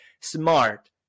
SMART